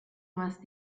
más